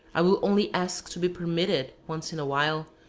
i will only ask to be permitted, once in a while,